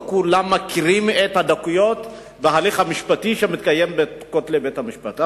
לא כולם מכירים את הדקויות בהליך המשפטי שמתקיים בין כותלי בית-המשפט.